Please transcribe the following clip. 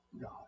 God